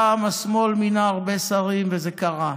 גם השמאל מינה הרבה שרים, וזה קרה,